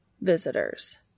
Visitors